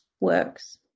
works